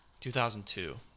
2002